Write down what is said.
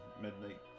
Midnight